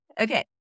Okay